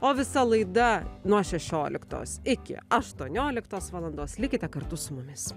o visa laida nuo šešioliktos iki aštuonioliktos valandos likite kartu su mumis